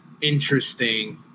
interesting